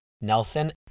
Nelson